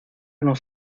nos